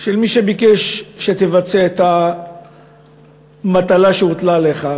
של מי שביקש שתבצע את המטלה שהוטלה עליך,